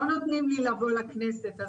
לא נותנים לי לבוא לכנסת.